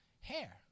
hair